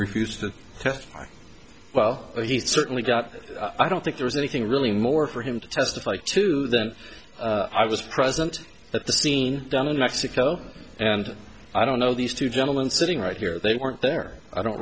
refused to testify well he certainly got i don't think there's anything really more for him to testify to then i was present at the scene down in mexico and i don't know these two gentlemen sitting right here they weren't there i don't